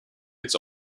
its